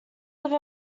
live